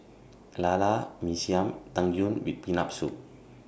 Lala Mee Siam and Tang Yuen with Peanut Soup